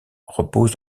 repose